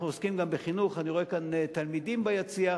אנחנו עוסקים גם בחינוך אני רואה כאן תלמידים ביציע,